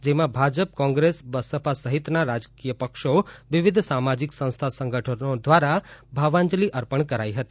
જેમાં ભાજપ કોંગ્રેસ બસપા સહિતના રાજકીય પક્ષો વિવિધ સામાજિક સંસ્થા સંગઠનો ધ્વારા ભાવાંજલી અર્પણ કરાઈ હતી